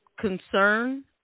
concern